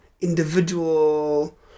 individual